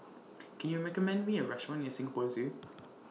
Can YOU recommend Me A Restaurant near Singapore Zoo